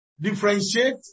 differentiate